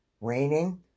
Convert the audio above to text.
raining